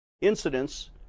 incidents